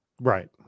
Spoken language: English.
right